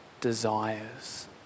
desires